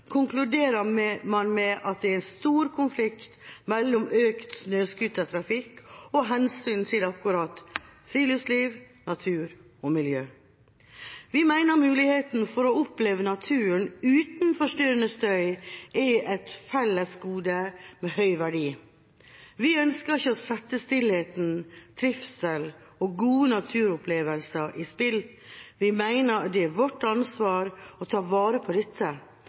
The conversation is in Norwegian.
konkluderer med at det er stor konflikt mellom økt snøscootertrafikk og hensynet til akkurat friluftsliv, natur og miljø. Vi mener muligheten for å oppleve naturen uten forstyrrende støy er et fellesgode med høy verdi. Vi ønsker ikke å sette stillheten, trivsel og gode naturopplevelser i spill. Vi mener det er vårt ansvar å ta vare på dette.